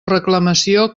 reclamació